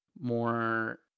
more